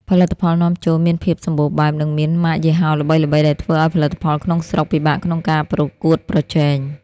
ផលិតផលនាំចូលមានភាពសម្បូរបែប និងមានម៉ាកយីហោល្បីៗ ដែលធ្វើឱ្យផលិតផលក្នុងស្រុកពិបាកក្នុងការប្រកួតប្រជែង។